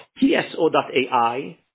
TSO.AI